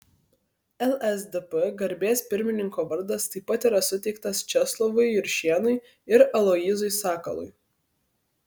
lsdp garbės pirmininko vardas taip pat yra suteiktas česlovui juršėnui ir aloyzui sakalui